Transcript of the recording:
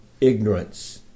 ignorance